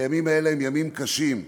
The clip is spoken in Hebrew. הימים האלה הם ימים קשים.